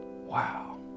wow